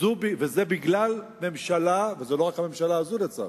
וזה בגלל ממשלה, וזו לא רק הממשלה הזו, לצערי,